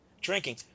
drinking